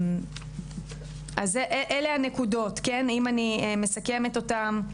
אז אלה הנקודות, כן, אם אני מסכמת אותן,